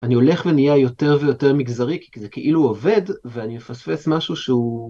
אני הולך ונהיה יותר ויותר מגזרי כי זה כאילו עובד ואני מפספס משהו שהוא.